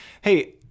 Hey